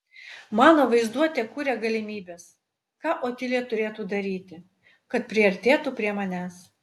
mano vaizduotė kuria galimybes ką otilija turėtų daryti kad priartėtų prie manęs